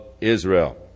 Israel